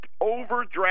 overdraft